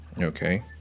Okay